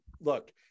look